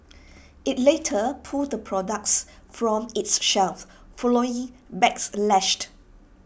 IT later pulled the products from its shelves following backlash